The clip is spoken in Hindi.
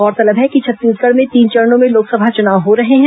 गौरतलब है कि छत्तीसगढ़ में तीन चरणों में लोकसभा चुनाव हो रहे हैं